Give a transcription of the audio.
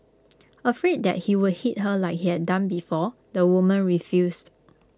afraid that he would hit her like he had done before the woman refused